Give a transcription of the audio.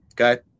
Okay